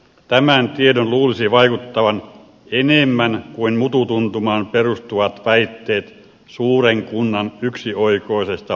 tämän tiedon luulisi vaikuttavan enemmän kuin mututuntumaan perustuvien väitteiden suuren kunnan yksioikoisesta paremmuudesta